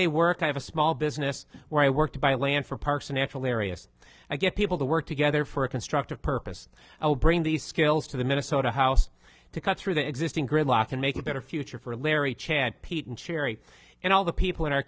day work i have a small business where i work to buy land for parks and natural areas i get people to work together for a constructive purpose i'll bring these skills to the minnesota house to cut through the existing gridlock and make a better future for larry chad pete and sherry and all the people in our